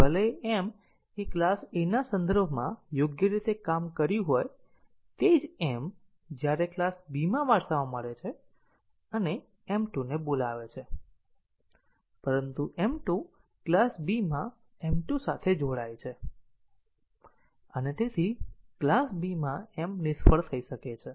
ભલે m એ class A ના સંદર્ભમાં યોગ્ય રીતે કામ કર્યું હોય તે જ m જ્યારે ક્લાસ B માં વારસામાં મળે છે અને m m 2 ને બોલાવે છે પરંતુ m 2 ક્લાસ B માં m 2 સાથે જોડાય છે અને ક્લાસ B માં m નિષ્ફળ થઈ શકે છે